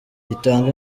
gitanga